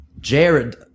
Jared